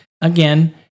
again